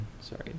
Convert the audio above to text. sorry